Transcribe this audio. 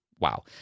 wow